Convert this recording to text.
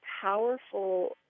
powerful